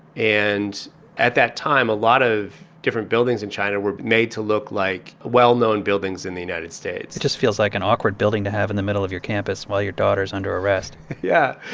and at that time, a lot of different buildings in china were made to look like well-known buildings in the united states it just feels like an awkward building to have in the middle of your campus while your daughter's under arrest yeah,